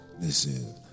Listen